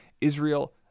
Israel